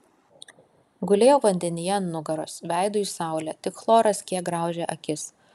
gulėjau vandenyje ant nugaros veidu į saulę tik chloras kiek graužė akis